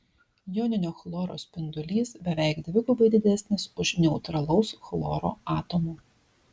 joninio chloro spindulys beveik dvigubai didesnis už neutralaus chloro atomo